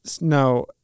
no